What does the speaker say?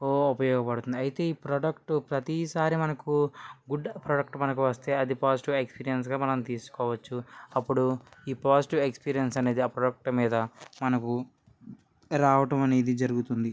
ఓ ఉపయోగపడుతుంది అయితే ఈ ప్రోడక్ట్ ప్రతీసారి మనకు గుడ్ ప్రోడక్ట్ మనకు వస్తే అది పాజిటివ్ ఎక్స్పీరియన్స్గా మనం తీసుకోవచ్చు అప్పుడు ఈ పాజిటివ్ ఎక్స్పీరియన్స్ అనేది ఆ ప్రోడక్ట్ మీద మనకు రావటం అనేది జరుగుతుంది